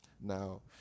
Now